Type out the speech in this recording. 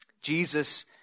Jesus